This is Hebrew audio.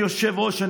אדוני היושב-ראש,